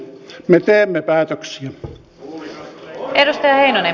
me teemme päätöksiä